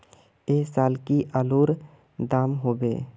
ऐ साल की आलूर र दाम होबे?